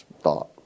thought